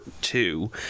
two